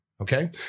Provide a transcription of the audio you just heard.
Okay